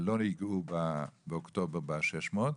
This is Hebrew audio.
שלא יגעו באוקטובר ב-600,